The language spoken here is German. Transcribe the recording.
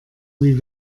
wie